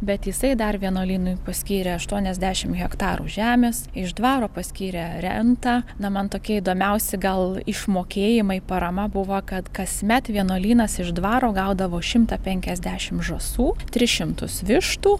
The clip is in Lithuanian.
bet jisai dar vienuolynui paskyrė aštuoniasdešim hektarų žemės iš dvaro paskyrė rentą na man tokie įdomiausi gal išmokėjimai parama buvo kad kasmet vienuolynas iš dvaro gaudavo šimtą penkiasdešim žąsų tris šimtus vištų